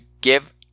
give